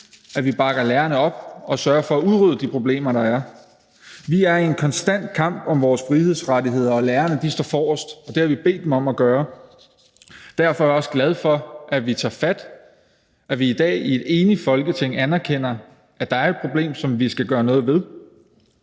at vi bakker lærerne op og sørger for at udrydde de problemer, der er. Vi er i en konstant kamp om vores frihedsrettigheder, og lærerne står forrest, og det har vi bedt dem om at gøre. Derfor er jeg også glad for, at vi tager fat, at vi i dag i et enigt Folketing anerkender, at der er et problem, som vi skal gøre noget ved.